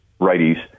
righties